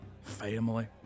family